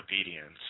obedience